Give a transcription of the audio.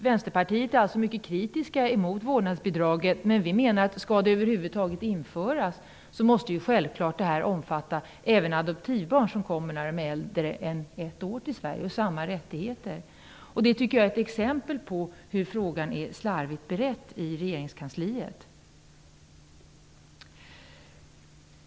Vänsterpartiet är alltså mycket kritiskt mot vårdnadsbidraget, men vi menar att skall det över huvud taget införas, måste det självfallet omfatta även adoptivbarn som kommer till Sverige när de är äldre än ett år. Att så inte är fallet i propositionen, tycker jag är ett exempel på hur slarvigt frågan är beredd i regeringskansliet.